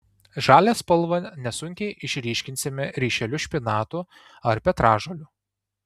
žalią spalvą nesunkiai išryškinsime ryšeliu špinatų ar petražolių